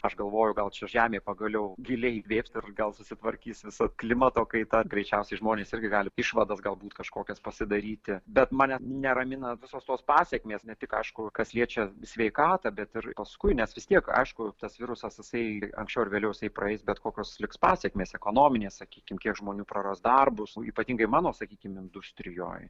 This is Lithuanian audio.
aš galvoju gal čia žemė pagaliau giliai įkvėps ir gal susitvarkys visa klimato kaita greičiausiai žmonės irgi gali išvadas galbūt kažkokias pasidaryti bet mane neramina visos tos pasekmės ne tik aišku kas liečia sveikatą bet ir paskui nes vis tiek aišku tas virusas jisai anksčiau ar vėliau jisai praeis bet kokios liks pasekmės ekonominės sakykim kiek žmonių praras darbus o ypatingai mano sakykim industrijoj